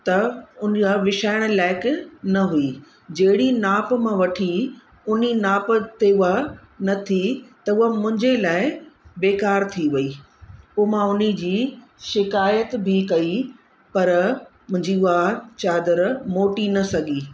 त उन लाइ विछाइणु लाइक़ु न हुई जहिड़ी नाप मां वठी उन्ही नाप ते उहा न थी त उहा मुंहिंजे लाइ बेकार थी वयी पोइ मां उन्ही जी शिकायत बि कयी पर मुंहिंजी उहा चादर मोटी न सघी